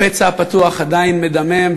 הפצע הפתוח עדיין מדמם,